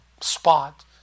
spot